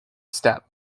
step